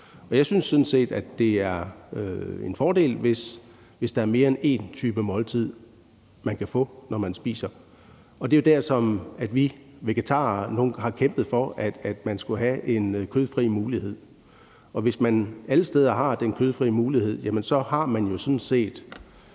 Jeg synes sådan set, det er en fordel, hvis der er mere end én type måltid, man kan få, når man spiser, og det er jo der, hvor vi vegetarer har kæmpet for, at man skulle have en kødfri mulighed. Hvis man alle steder har den kødfri mulighed, har man jo sådan set,